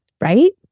Right